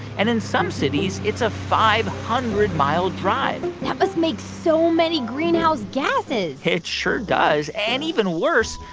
and in some cities, it's a five hundred mile drive that must make so many greenhouse gases it sure does. and even worse,